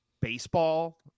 baseball